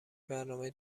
برنامه